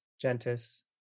gentis